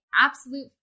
Absolute